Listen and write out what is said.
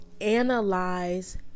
analyze